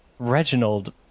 reginald